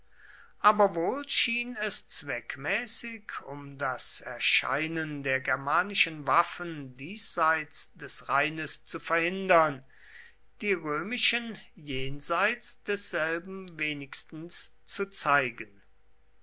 aber wohl schien es zweckmäßig um das erscheinen der germanischen waffen diesseits des rheines zu verhindern die römischen jenseits desselben wenigstens zu zeigen